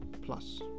plus